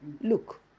look